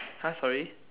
!huh! sorry